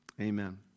Amen